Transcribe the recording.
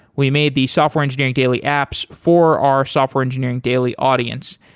we made the software engineering daily apps for our software engineering daily audience.